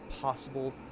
possible